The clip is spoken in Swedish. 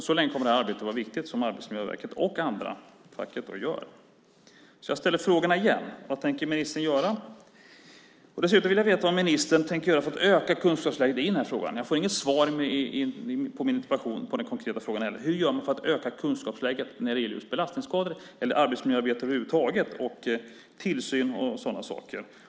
Så länge kommer det arbete som Arbetsmiljöverket och andra, till exempel facket, gör att vara viktigt. Jag ställer frågorna igen. Vad tänker minister göra? Dessutom vill jag veta vad ministern tänker göra för att öka kunskapsläget i frågan. Jag får inget svar på den konkreta frågan i min interpellation: Hur gör man för att öka kunskapsläget när det gäller belastningsskador och arbetsmiljöarbete över huvud taget, tillsyn och sådana saker?